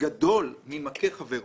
גדול ממכה חברו,